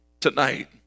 tonight